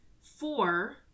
four